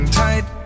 tight